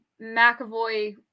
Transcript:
McAvoy –